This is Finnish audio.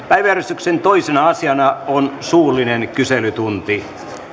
päiväjärjestyksen toisena asiana on suullinen kyselytunti